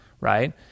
right